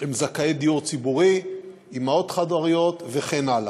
הם זכאי דיור ציבורי, אימהות חד-הוריות וכן הלאה.